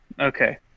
Okay